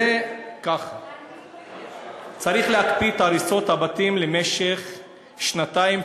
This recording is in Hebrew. צריך להקפיא את הריסות הבתים למשך שנתיים,